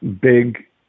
big